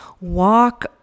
walk